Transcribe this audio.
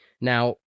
now